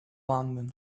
london